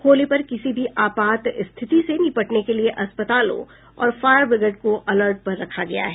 होली पर किसी भी आपात स्थिति से निपटने के लिए अस्पतालों और फायर ब्रिगेड को अलर्ट पर रखा गया है